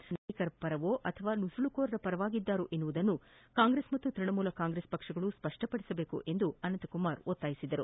ದೇಶದ ನಾಗರಿಕರ ಪರವೋ ಅಥವಾ ನುಸುಳುಕೋರರ ಪರವಾಗಿದ್ದಾರೋ ಎಂಬುದನ್ನು ಕಾಂಗ್ರೆಸ್ ಮತ್ತು ತೃಣಮೂಲ ಕಾಂಗ್ರೆಸ್ ಪಕ್ಷಗಳು ಸ್ವಷ್ಷಪಡಿಸಬೇಕು ಎಂದು ಅನಂತಕುಮಾರ್ ಒತ್ತಾಯಿಸಿದರು